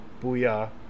booyah